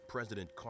President